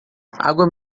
água